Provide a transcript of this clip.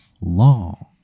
long